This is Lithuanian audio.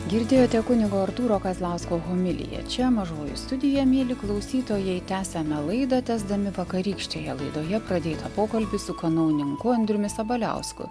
girdėjote kunigo artūro kazlausko homiliją čia mažoji studija mieli klausytojai tęsiame laidą tęsdami vakarykštėje laidoje pradėtą pokalbį su kanauninku andriumi sabaliausku